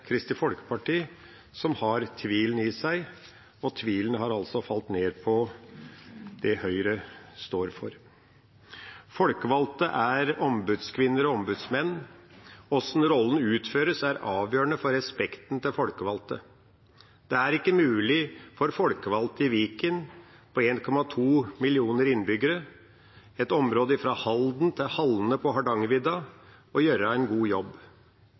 Kristelig Folkeparti som har tvilen i seg, og tvilen har altså falt ned på det Høyre står for. De folkevalgte er ombudskvinner og ombudsmenn. Hvordan rollen utføres, er avgjørende for respekten for de folkevalgte. Det er ikke mulig for folkevalgte i Viken, med 1,2 millioner innbyggere og et område fra Halden til Halne på Hardangervidda, å gjøre en god jobb.